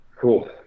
Cool